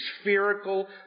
spherical